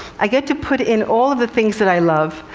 i get to put in all of the things that i love.